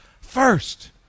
first